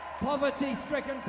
Poverty-stricken